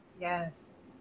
yes